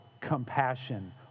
compassion